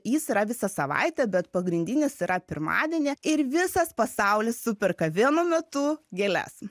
jis yra visą savaitę bet pagrindinis yra pirmadienį ir visas pasaulis superka vienu metu gėles